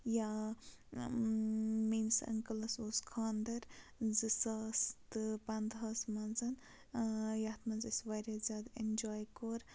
یا میٲنِس اَنکٕلَس اوس خانٛدَر زٕ ساس تہٕ پَنٛدہَس منٛز یَتھ منٛز أسۍ واریاہ زیادٕ اٮ۪نجاے کوٚر